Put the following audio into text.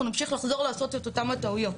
נמשיך לחזור לעשות את אותן הטעויות.